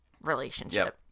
relationship